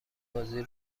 بازی